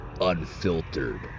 unfiltered